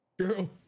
True